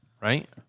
Right